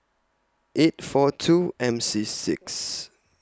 eight four two M C six